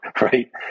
right